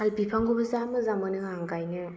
साल बिफांखौबो जा मोजां मोनो आं गायनो